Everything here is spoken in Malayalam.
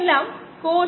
35 5